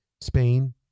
Spain